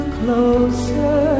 closer